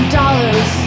dollars